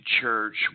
church